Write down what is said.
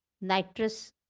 nitrous